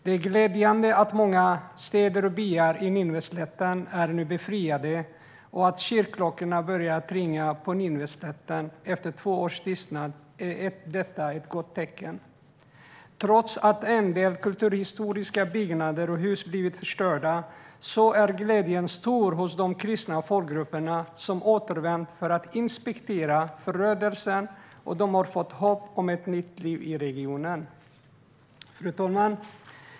Det är glädjande att många städer och byar på Nineveslätten nu är befriade, och att kyrkklockorna börjat ringa på Nineveslätten efter två års tystnad är ett gott tecken. Trots att en del kulturhistoriska byggnader och hus blivit förstörda är glädjen stor hos de kristna folkgrupper som återvänt för att inspektera förödelsen. De har fått hopp om ett nytt liv i regionen. Fru talman!